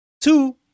Two